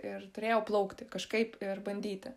ir turėjau plaukti kažkaip ir bandyti